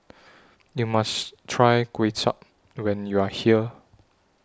YOU must Try Kuay Chap when YOU Are here